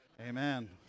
Amen